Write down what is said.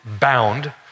bound